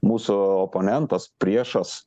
mūsų oponentas priešas